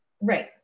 right